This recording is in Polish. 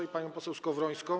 i panią poseł Skowrońską.